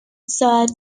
ساعت